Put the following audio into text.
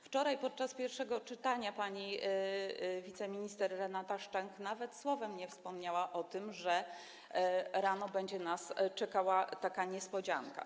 Wczoraj, podczas pierwszego czytania, pani wiceminister Renata Szczęch nawet słowem nie wspomniała o tym, że rano będzie nas czekała taka niespodzianka.